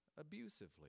abusively